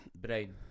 Brain